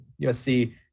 USC